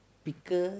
picker